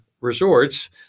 resorts